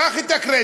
קח את הקרדיט.